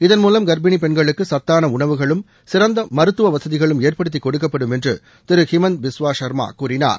இதன் மூலம் கர்ப்பினிப் பெண்களுக்கு சத்தாள உணவுகளும் சிறந்த மருத்துவ வசதிகளும் ஏற்படுத்திக் கொடுக்கப்படும் என்று திரு ஹிமந்த்த பிஸ்வா ஷர்மா கூறினார்